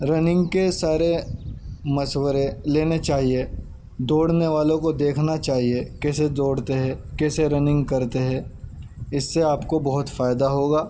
running کے سارے مشورے لینے چاہیے دوڑنے والوں کو دیکھنا چاہیے کیسے دوڑتے ہے کیسے رننگ کرتے ہے اس سے آپ کو بہت فائدہ ہوگا